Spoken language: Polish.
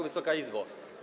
Wysoka Izbo!